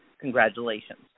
Congratulations